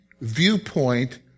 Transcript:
viewpoint